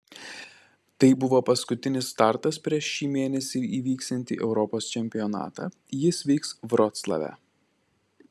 tai buvo paskutinis startas prieš šį mėnesį įvyksiantį europos čempionatą jis vyks vroclave